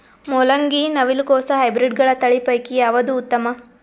ಮೊಲಂಗಿ, ನವಿಲು ಕೊಸ ಹೈಬ್ರಿಡ್ಗಳ ತಳಿ ಪೈಕಿ ಯಾವದು ಉತ್ತಮ?